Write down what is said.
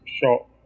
short